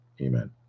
Amen